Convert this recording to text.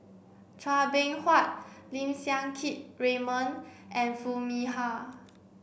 Chua Beng Huat Lim Siang Keat Raymond and Foo Mee Har